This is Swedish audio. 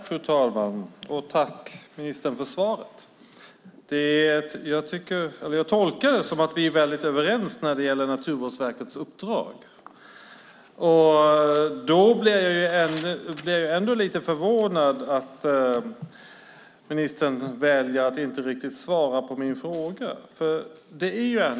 Fru talman! Tack, ministern, för svaret! Jag tolkar svaret som att vi är överens om Naturvårdsverkets uppdrag. Jag blir ändå lite förvånad att ministern väljer att inte riktigt svara på min fråga.